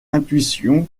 intuition